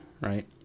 right